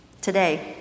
Today